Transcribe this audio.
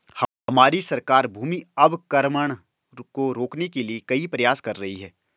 हमारी सरकार भूमि अवक्रमण को रोकने के लिए कई प्रयास कर रही है